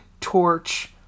Torch